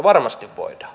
varmasti voidaan